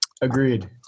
Agreed